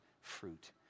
fruit